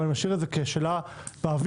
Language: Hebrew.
אבל נשאיר את זה כשאלה באוויר.